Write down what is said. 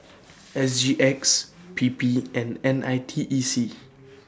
S G X P P and N I T E C